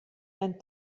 ein